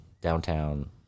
downtown